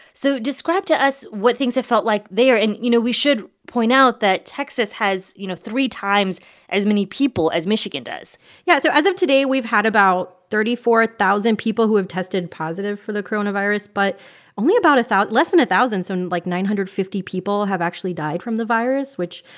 so describe to us what things have felt like there. and, you know, we should point out that texas has, you know, three times as many people as michigan does yeah. so as of today, we've had about thirty four thousand people who have tested positive for the coronavirus, but only about a less than a thousand so, like, nine hundred and fifty people have actually died from the virus, which,